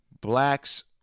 blacks